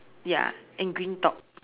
ya and green top